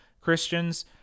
Christians